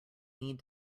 need